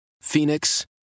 Phoenix